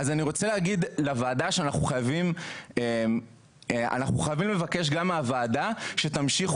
אני רוצה לומר לוועדה שאנחנו חייבים לבקש גם מהוועדה שתמשיך